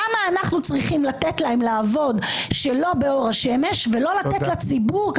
למה אנחנו צריכים לתת להם לעבוד שלא באור השמש ולא לתת לציבור,